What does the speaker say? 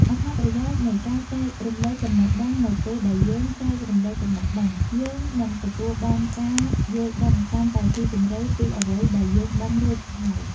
អត្ថប្រយោជន៍នៃការចែករំលែកចំណេះដឹងនៅពេលដែលយើងចែករំលែកចំណេះដឹង យើងនឹងទទួលបានការយល់ដឹងកាន់តែស៊ីជម្រៅពីអ្វីដែលយើងដឹងរួចហើយ។